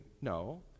no